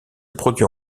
produit